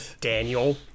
Daniel